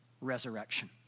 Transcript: resurrection